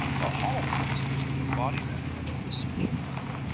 while holofernes is the embodiment of the besieging army.